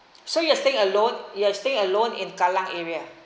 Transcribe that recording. so you are staying alone you are stay alone in kallang area